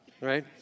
right